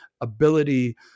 ability